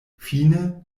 fine